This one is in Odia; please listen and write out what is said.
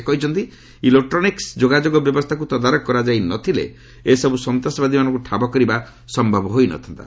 ସେ କହିଛନ୍ତି ଇଲେକ୍ଟୋନିକ୍ ଯୋଗାଯୋଗ ବ୍ୟବସ୍ଥାକୁ ତଦାରଖ କରାଯାଇନଥିଲେ ଏସବୁ ସନ୍ତ୍ରସବାଦୀମାନଙ୍କୁ ଠାବ କରିବା ସମ୍ଭବ ହୋଇନଥାନ୍ତା